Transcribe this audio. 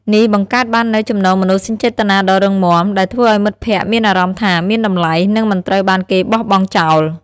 នេះបង្កើតបាននូវ ចំណងមនោសញ្ចេតនាដ៏រឹងមាំ ដែលធ្វើឲ្យមិត្តភក្តិមានអារម្មណ៍ថា មានតម្លៃ និងមិនត្រូវបានគេបោះបង់ចោល។